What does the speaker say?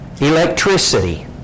Electricity